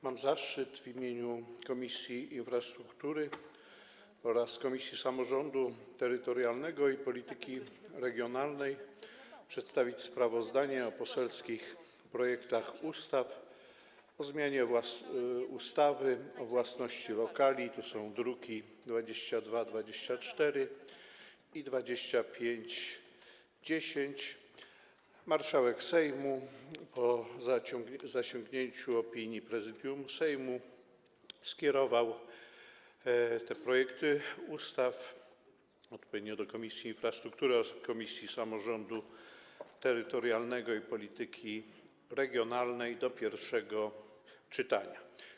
Mam zaszczyt w imieniu Komisji Infrastruktury oraz Komisji Samorządu Terytorialnego i Polityki Regionalnej przedstawić sprawozdanie o poselskich projektach ustaw o zmianie ustawy o własności lokali, druki nr 2224 i 2510. Marszałek Sejmu, po zasięgnięciu opinii Prezydium Sejmu, skierował te projekty ustaw odpowiednio do Komisji Infrastruktury oraz Komisji Samorządu Terytorialnego i Polityki Regionalnej do pierwszego czytania.